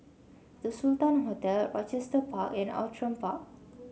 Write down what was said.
The Sultan Hotel Rochester Park and Outram Park